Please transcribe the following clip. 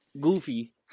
Goofy